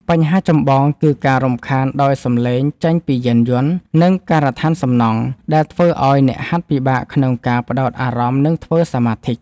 បញ្ហាចម្បងគឺការរំខានដោយសំឡេងចេញពីយានយន្ត និងការដ្ឋានសំណង់ ដែលធ្វើឱ្យអ្នកហាត់ពិបាកក្នុងការផ្ដោតអារម្មណ៍ និងធ្វើសមាធិ។